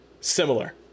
similar